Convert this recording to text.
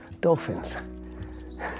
dolphins